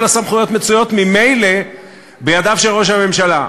כל הסמכויות מצויות ממילא בידיו של ראש הממשלה.